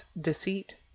deceit